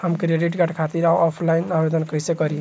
हम credit card खातिर offline आवेदन कइसे करि?